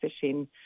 fishing